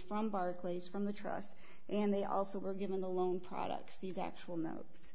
from barclays from the trust and they also were given the loan products these actual notes